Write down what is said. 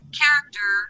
character